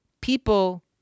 people